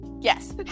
Yes